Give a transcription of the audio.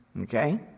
Okay